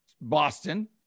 Boston